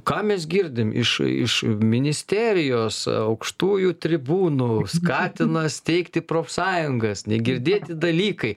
ką mes girdim iš iš ministerijos aukštųjų tribūnų skatina steigti profsąjungas negirdėti dalykai